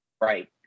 Right